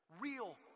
Real